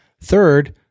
Third